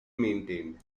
maintained